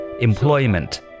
employment